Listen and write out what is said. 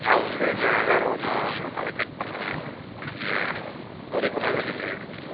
நான் வந்து நான் வேறு ஒன்று உங்களுக்கு அலோகேட் பண்ணுறேன் நான் நீங்கள் நீங்கள் வொரி பண்ணாம நீங்கள் இருங்கள்